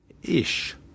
Ish